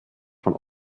von